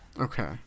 Okay